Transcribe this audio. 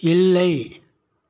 இல்லை